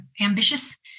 ambitious